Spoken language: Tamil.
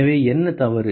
எனவே என்ன தவறு